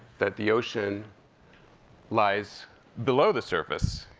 that the ocean lies below the surface.